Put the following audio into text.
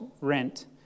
rent